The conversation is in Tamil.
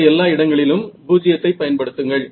மற்ற எல்லா இடங்களிலும் 0 வைப் பயன்படுத்துங்கள்